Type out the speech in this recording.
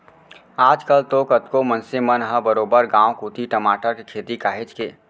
आज कल तो कतको मनसे मन ह बरोबर गांव कोती टमाटर के खेती काहेच के